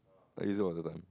I use it all the time